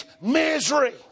misery